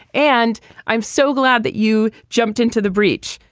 and i'm so glad that you jumped into the breach.